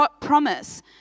promise